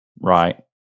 Right